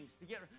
together